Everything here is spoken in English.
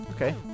okay